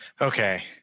Okay